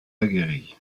aguerris